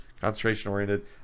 concentration-oriented